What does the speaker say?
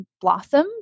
blossoms